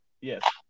Yes